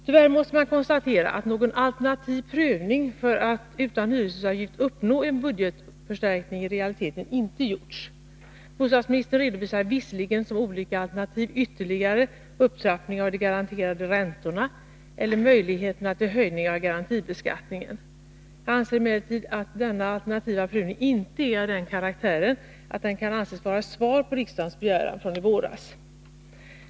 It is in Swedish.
Tyvärr måste man konstatera, att någon alternativ prövning av möjligheten att utan hyreshusavgift uppnå en budgetförstärkning i realiteten inte gjorts. Bostadsministern redovisar visserligen som olika alternativ ytterligare upptrappningar av de garanterade räntorna eller möjligheterna till höjning av garantibeskattningen. Jag anser emellertid att denna alternativa prövning inte är av den karaktären att den kan anses vara ett svar på riksdagens begäran från i våras.